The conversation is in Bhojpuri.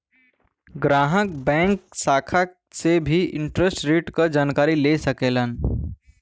ग्राहक बैंक शाखा से भी इंटरेस्ट रेट क जानकारी ले सकलन